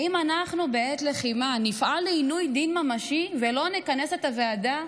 האם אנחנו בעת לחימה נפעל לעינוי דין ממשי ולא נכנס את הוועדה?